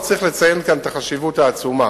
לא צריך לציין כאן את החשיבות העצומה.